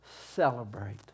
celebrate